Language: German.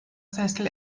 sessel